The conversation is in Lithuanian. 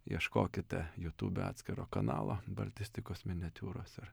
ieškokite jutūbe atskiro kanalo baltistikos miniatiūros ir